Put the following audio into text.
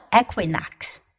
equinox